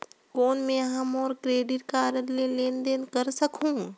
कौन मैं ह मोर क्रेडिट कारड ले लेनदेन कर सकहुं?